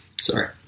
Sorry